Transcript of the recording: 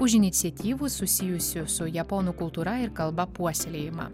už iniciatyvų susijusių su japonų kultūra ir kalba puoselėjimą